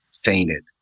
fainted